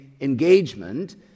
engagement